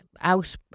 out